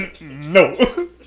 No